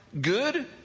good